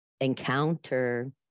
encounter